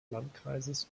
landkreises